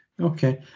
Okay